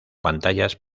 pantallas